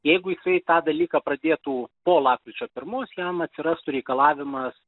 jeigu jisai tą dalyką pradėtų po lapkričio pirmos jam atsirastų reikalavimas